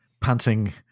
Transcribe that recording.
panting